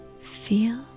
Feel